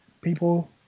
people